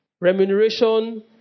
remuneration